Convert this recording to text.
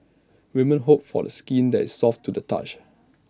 women hope for A skin that is soft to the touch